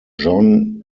john